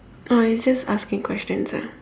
oh it's just asking questions ah